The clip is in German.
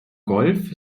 golf